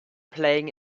playing